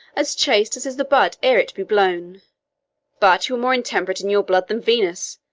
as chaste as is the bud ere it be blown but you are more intemperate in your blood than venus,